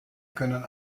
können